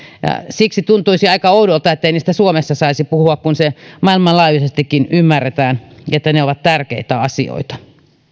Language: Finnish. siksi tuntuisi aika oudolta ettei niistä suomessa saisi puhua kun se maailmanlaajuisestikin ymmärretään että ne ovat tärkeitä asioita